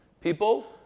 People